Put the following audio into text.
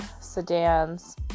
sedans